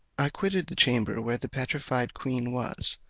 i quitted the chamber where the petrified queen was,